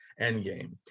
Endgame